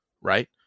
right